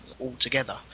altogether